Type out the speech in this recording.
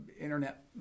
internet